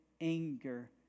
anger